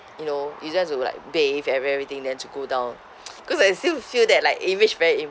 you know you don't have to like bathe every~ everything then to go down cause I still feel that like image very